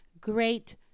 great